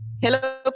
Hello